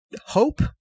hope